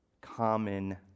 common